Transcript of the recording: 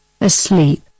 asleep